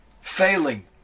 failing